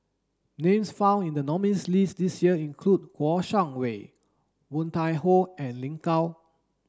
names found in the nominees' list this year include Kouo Shang Wei Woon Tai Ho and Lin Gao